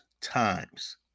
times